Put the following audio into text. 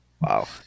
wow